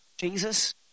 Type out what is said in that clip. Jesus